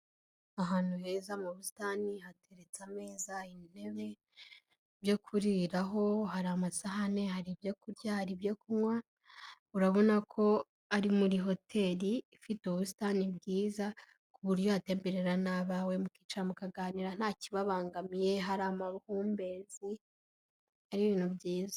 Ahantu heza mu busitani hateretse ameza, intebe byo kuriraho, hari amasahani, hari ibyo kurya, hari ibyo kunywa, urabona ko ari muri hoteri ifite ubusitani bwiza ku buryo wahatemberera na bawe mukicara mukaganira nta kibabangamiye, hari amahumbezi, hari ibintu byiza.